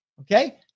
okay